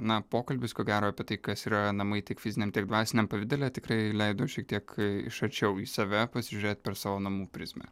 na pokalbis ko gero apie tai kas yra namai tiek fiziniam tiek dvasiniam pavidale tikrai leido šiek tiek iš arčiau į save pasižiūrėt per savo namų prizmę